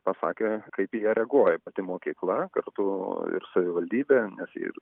pasakė kaip jie reaguoja pati mokykla kartu ir savivaldybė nes ir